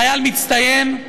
חיל מצטיין,